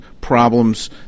problems